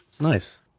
Nice